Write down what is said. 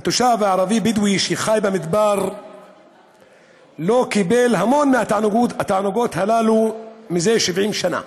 התושב הערבי הבדואי שחי במדבר לא קיבל המון מהתענוגות הללו זה 70 שנה.